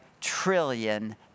trillion